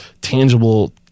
tangible